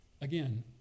Again